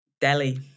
Delhi